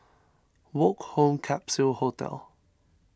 Woke Home Capsule Hotel